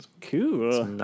cool